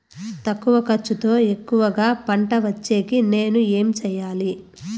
తక్కువ ఖర్చుతో ఎక్కువగా పంట వచ్చేకి నేను ఏమి చేయాలి?